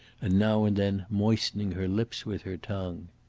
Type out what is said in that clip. and now and then moistening her lips with her tongue.